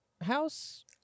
house